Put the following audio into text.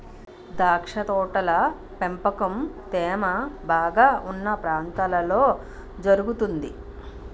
ద్రాక్ష తోటల పెంపకం తేమ బాగా ఉన్న ప్రాంతాల్లో జరుగుతుంది